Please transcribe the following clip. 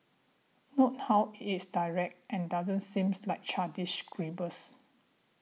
note how it is direct and doesn't seem like childish scribbles